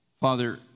Father